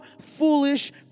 foolish